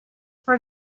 for